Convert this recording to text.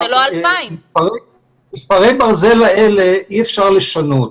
אבל זה לא 2,000. כלומר את מספרי ברזל האלה אי אפשר לשנות,